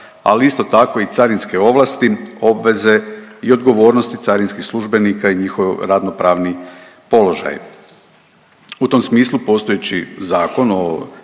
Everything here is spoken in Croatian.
ali isto tako i carinske ovlasti, obveze i odgovornosti carinskih službenika i njihov radnopravni položaj. U tom smislu postojeći Zakon o